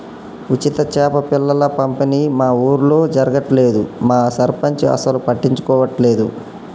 ఉచిత చేప పిల్లల పంపిణీ మా ఊర్లో జరగట్లేదు మా సర్పంచ్ అసలు పట్టించుకోవట్లేదు